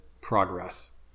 Progress